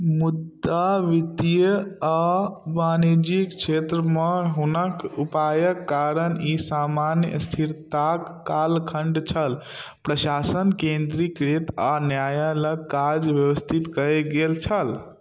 मुदा वित्तीय आ वाणिज्यिक क्षेत्रमे हुनक ऊपायक कारण ई सामान्य स्थिरताक कालखण्ड छल प्रशासन केन्द्रीकृत आ न्यायालयक काज व्यवस्थित कयल गेल छल